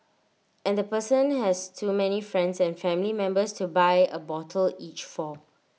and the person has too many friends and family members to buy A bottle each for